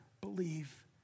believe